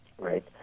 right